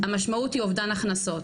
המשמעות היא אובדן הכנסות.